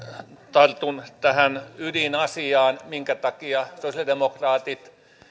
tartun tähän ydinasiaan minkä takia sosialidemokraatit